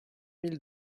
mille